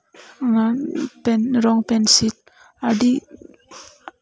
ᱚᱱᱟ ᱨᱚᱝ ᱯᱮᱱᱥᱤᱞ ᱟᱹᱰᱤ